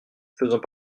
faisant